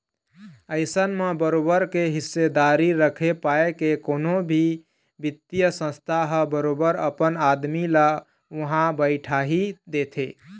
अइसन म बरोबर के हिस्सादारी रखे पाय के कोनो भी बित्तीय संस्था ह बरोबर अपन आदमी ल उहाँ बइठाही देथे